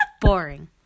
boring